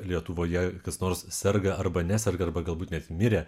lietuvoje kas nors serga arba neserga arba galbūt net mirė